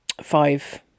five